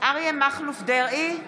אריה מכלוף דרעי,